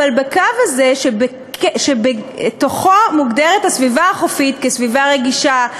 אבל בקו הזה שבתוכו מוגדרת הסביבה החופית כסביבה רגישה,